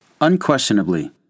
Unquestionably